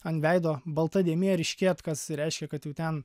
ant veido balta dėmė ryškėt kas reiškia kad jau ten